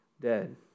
dead